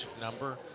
number